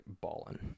balling